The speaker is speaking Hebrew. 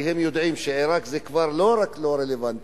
כי הם יודעים שעירק זה כבר לא רק לא רלוונטי,